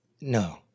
No